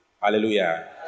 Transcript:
Hallelujah